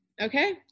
Okay